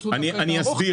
אני אסביר,